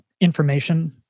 information